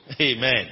Amen